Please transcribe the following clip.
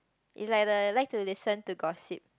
it's like the like to listen to gossip